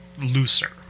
looser